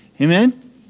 Amen